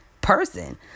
person